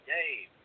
Dave